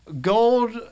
gold